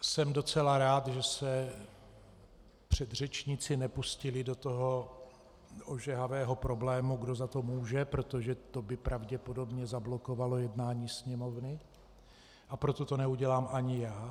Jsem docela rád, že se předřečníci nepustili do toho ožehavého problému, kdo za to může, protože to by pravděpodobně zablokovalo jednání Sněmovny, a proto to neudělám ani já.